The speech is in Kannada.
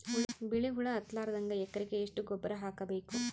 ಬಿಳಿ ಹುಳ ಹತ್ತಲಾರದಂಗ ಎಕರೆಗೆ ಎಷ್ಟು ಗೊಬ್ಬರ ಹಾಕ್ ಬೇಕು?